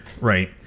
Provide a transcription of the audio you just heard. right